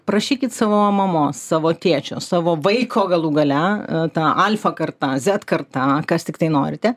prašykit savo mamos savo tėčio savo vaiko galų gale ta alfa karta zed karta kas tiktai norite